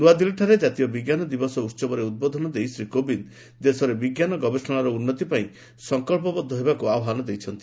ନ୍ତଆଦିଲ୍ଲୀରେ ଜାତୀୟ ବିଜ୍ଞାନ ଦିବସ ଉହବରେ ଉଦ୍ବୋଧନ ଦେଇ ଶ୍ରୀ କୋବିନ୍ଦ ଦେଶରେ ବିଜ୍ଞାନ ଗବେଷଣାର ଉନ୍ନତି ପାଇଁ ସଂକଳ୍ପବଦ୍ଧ ହେବାକୁ ଆହ୍ୱାନ ଦେଇଛନ୍ତି